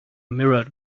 mirrored